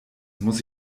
muss